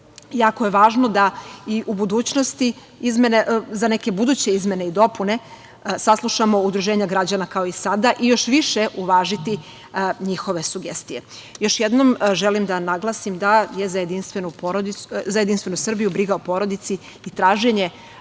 Jako je važno da i u budućnosti, za neke buduće izmene i dopune, saslušamo udruženja građana, kao i sada i još više uvažiti njihove sugestije. Još jednom želim da naglasim da je za JS briga o porodici i traženje